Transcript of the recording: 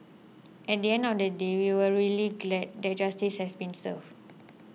at the end of the day we are really glad that justice has been served